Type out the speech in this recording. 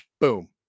boom